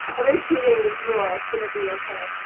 of exceeding this rule. it's gonna be okay,